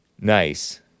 Nice